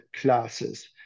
classes